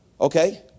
Okay